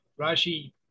Rashi